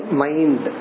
mind